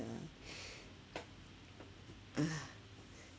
ya ah